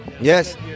Yes